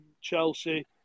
Chelsea